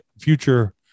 future